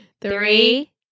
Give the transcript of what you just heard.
Three